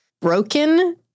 broken